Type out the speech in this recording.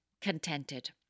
Contented